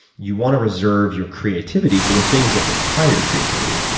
you want to reserve your creativity for the things that require creativity,